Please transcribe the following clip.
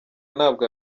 ntabwo